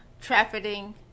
trafficking